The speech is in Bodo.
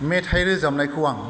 मेथाइ रोजाबनायखौ आं